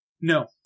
No